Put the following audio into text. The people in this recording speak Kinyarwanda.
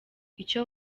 icyo